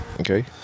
Okay